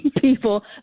people